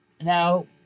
Now